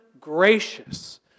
gracious